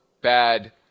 bad